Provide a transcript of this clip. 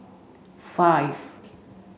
five